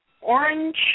orange